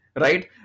right